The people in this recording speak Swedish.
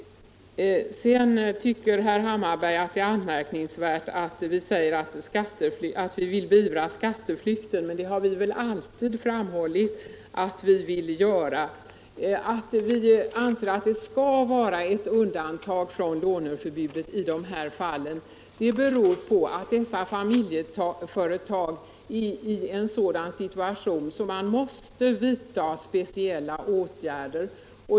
Sedan tycker herr Hammarberg att det är anmärkningsvärt att vi säger att vi vill beivra skatteflykten. Men vi har väl alltid framhållit att vi vill göra det. Att vi anser att det skall vara ett undantag från låneförbudet i dessa fall beror på att de familjeföretag det här gäller är i en sådan situation att man måste vidta speciella åtgärder.